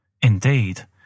Indeed